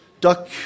Duck